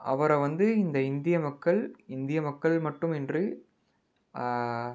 அவரை வந்து இந்த இந்திய மக்கள் இந்திய மக்கள் மட்டும் இன்றி